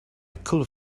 could